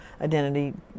identity